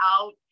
out